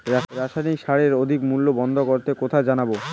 রাসায়নিক সারের অধিক মূল্য বন্ধ করতে কোথায় জানাবো?